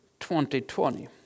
2020